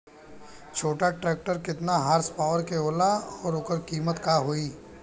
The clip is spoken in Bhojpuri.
छोटा ट्रेक्टर केतने हॉर्सपावर के होला और ओकर कीमत का होई?